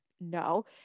No